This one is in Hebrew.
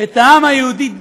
ואת העם היהודי,